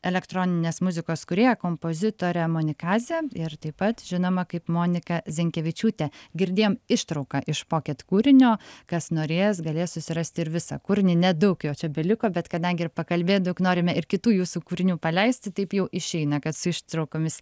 elektroninės muzikos kūrėja kompozitorė monikazė ir taip pat žinoma kaip monika zenkevičiūtė girdėjom ištrauką iš pokit kūrinio kas norės galės susirasti ir visą kūrinį nedaug jo čia beliko bet kadangi ir pakalbėt daug norime ir kitų jūsų kūrinių paleisti taip jau išeina kad su ištraukomis